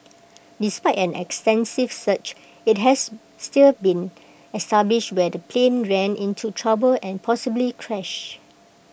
despite an extensive search IT has still been established where the plane ran into trouble and possibly crashed